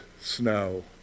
snow